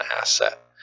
asset